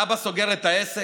האבא סוגר את העסק,